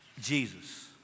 Jesus